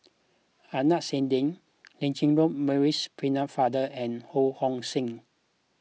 Adnan Saidi Lancelot Maurice Pennefather and Ho Hong Sing